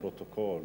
לפרוטוקול,